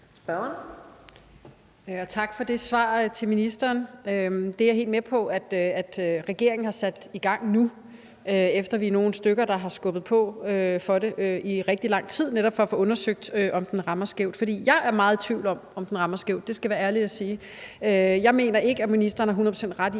for det svar. Det er jeg helt med på at regeringen har sat i gang nu, efter at vi er nogle stykker, der har skubbet på for det i rigtig lang tid, netop for at få undersøgt, om den rammer skævt. For jeg er meget i tvivl om, om den rammer skævt. Det skal jeg være ærlig at sige. Jeg mener ikke, at ministeren har hundrede